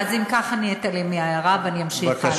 אז אם כך, אני אתעלם מהערה ואני אמשיך הלאה.